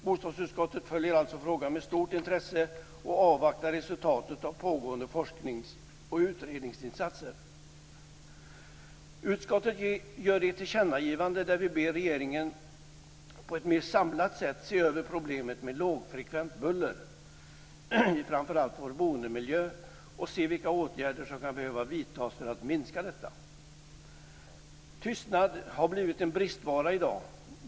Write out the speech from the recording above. Bostadsutskottet följer alltså frågan med stort intresse och avvaktar resultatet av pågående forsknings och utredningsinsatser. Utskottet gör ett tillkännagivande där vi ber att regeringen på ett mer samlat sätt ser över problemet med lågfrekvent buller i framför allt vår boendemiljö och ser vilka åtgärder som kan behöva vidtas för att minska detta. Tystnad har blivit en bristvara i dag.